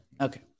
Okay